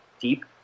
deep